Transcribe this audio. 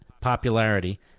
popularity